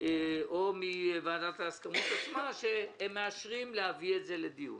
או מוועדת ההסכמות שהם מאשרים להביא את זה לדיון.